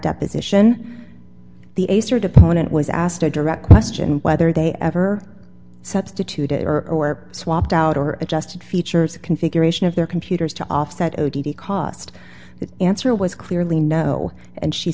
deposition the deponent was asked a direct question whether they ever substituted or swapped out or adjusted features configuration of their computers to offset the cost the answer was clearly no and she